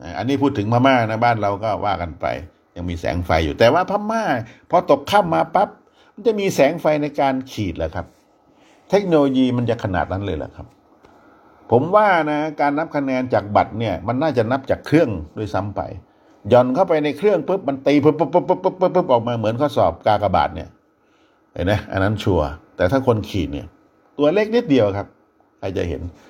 อันนี้พูดถึงพม่านะ บ้านเราก็ว่ากันไป ยังมีแสงไฟอยู่ แต่ว่าพม่าพอตกค่ำมาปั๊บ มันจะมีแสงไฟในการขีดเหรอครับ? เทคโนโลยีมันจะขนาดนั้นเลยเหรอครับ? ผมว่านะ การนับคะแนนจากบัตรเนี่ย มันน่าจะนับจากเครื่องด้วยซ้ำไป ย่อนเข้าไปในเครื่องปุ๊บ มันตีปุ๊บปุ๊บปุ๊บปุ๊บปุ๊บปุ๊บ ออกมาเหมือนข้อสอบกากบาทเนี่ย เห็นไหม? อันนั้นชัวร์ แต่ถ้าคนขีดเนี่ย ตัวเลขนิดเดียวครับ ใครจะเห็น?